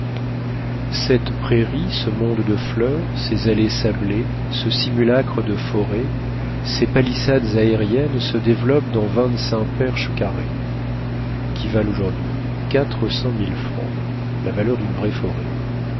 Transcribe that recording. cette prairie ce monde de fleurs ces allées sablées ce simulacre de forêt ces palissades aériennes se développent dans vingt-cinq perches carrées qui valent aujourd'hui quatre cent mille francs la valeur d'une vraie forêt